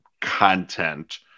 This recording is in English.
content